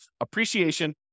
appreciation